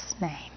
name